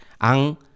ang